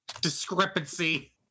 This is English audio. discrepancy